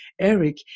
Eric